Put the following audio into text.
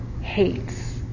hates